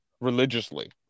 religiously